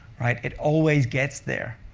right? it always gets there.